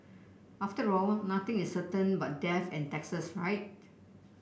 after all nothing is certain but death and taxes right